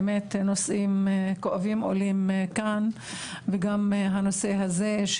באמת נושאים כואבים עולים כאן וגם הנושא הזה,